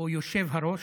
או יושב-הראש.